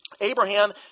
Abraham